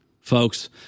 folks